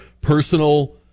personal